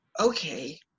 okay